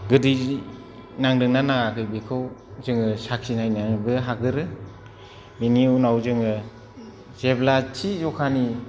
गोदै नांदोंना नाङाखै बेखौ जोङो साखिनायनाबो हागोरो बेनि उनाव जोङो जेब्ला थि जखानि